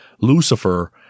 Lucifer